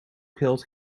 geld